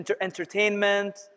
entertainment